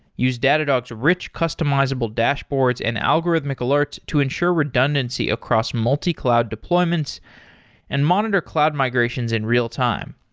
use datadog's rich customizable dashboards and algorithmic alert to ensure redundancy across multi-cloud deployments and monitor cloud migrations in real-time.